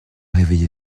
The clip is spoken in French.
réveillée